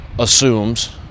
assumes